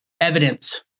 evidence